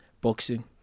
boxing